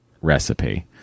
recipe